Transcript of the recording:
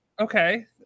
okay